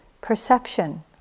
Perception